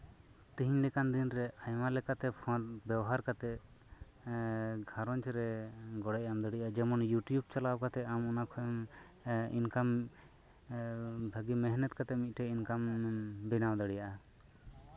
ᱛᱮᱦᱮᱧ ᱞᱮᱠᱟᱱ ᱫᱤᱱ ᱨᱮ ᱟᱭᱢᱟ ᱞᱮᱠᱟᱛᱮ ᱯᱷᱳᱱ ᱵᱮᱣᱦᱟᱨ ᱠᱟᱛᱮ ᱜᱷᱟᱸᱨᱚᱡᱽ ᱨᱮ ᱜᱚᱲᱚᱭ ᱮᱢ ᱫᱟᱲᱮᱭᱟᱜᱼᱟ ᱡᱮᱢᱚᱱ ᱤᱭᱩᱴᱩᱵ ᱪᱟᱞᱟᱣ ᱠᱟᱛᱮ ᱟᱢ ᱚᱱᱟ ᱠᱷᱚᱱᱮᱢ ᱤᱱᱠᱟᱢ ᱵᱷᱟᱹᱜᱤ ᱢᱮᱦᱱᱚᱛ ᱠᱟᱛᱮ ᱤᱱᱠᱟᱢ ᱵᱮᱱᱟᱣ ᱫᱟᱲᱤᱭᱟᱜᱼᱟ